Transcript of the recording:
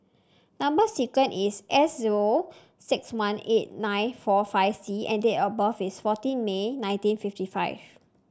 number sequence is S O six one eight nine four five C and date of birth is fourteen May nineteen fifty five